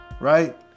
right